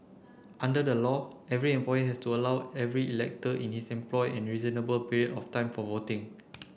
under the law every employer has to allow every elector in his employ a reasonable period of time for voting